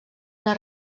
una